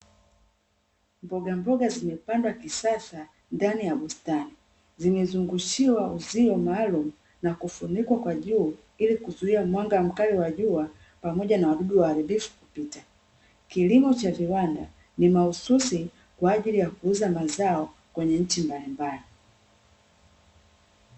Mbogamboga zimepandwa kisasa ndani ya bustani, zimezungushiwa uzio maalumu na kufunikwa kwa juu ili kuzuia mwanga mkali wa jua, pamoja na wadudu waharibifu kupita. kilimo cha viwanda ni mahususi kwaajili ya kuuza mazao kwenye nchi mbalimbali.